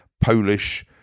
Polish